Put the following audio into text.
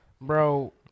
Bro